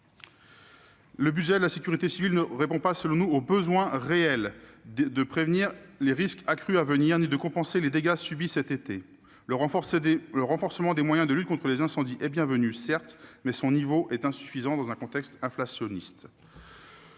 Le budget de la sécurité civile n'est de nature, selon nous, ni à répondre au besoin réel de prévenir les risques accrus à venir ni à compenser les dégâts subis cet été. Le renforcement des moyens de lutte contre les incendies est bienvenu, certes, mais son niveau est insuffisant dans un contexte inflationniste.